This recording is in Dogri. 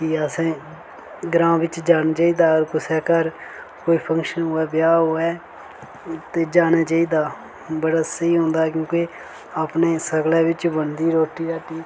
कि असें ग्रांऽ बिच्च जाना चाही दा कुसै दे घर कोई फंक्शन होऐ ब्याह होऐ ते जाना चाही दा बड़ा स्हेई होंदा ऐ क्योंकि अपने सगले बिच्च बनदी रुट्टी रट्टी